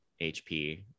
HP